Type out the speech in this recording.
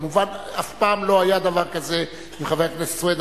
כמובן, אף פעם לא היה דבר כזה עם חבר הכנסת סוייד.